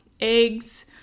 eggs